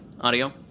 Audio